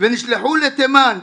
ונשלחו לתימן.